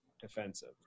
defensive